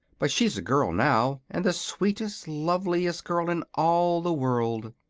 but she's a girl now, and the sweetest, loveliest girl in all the world.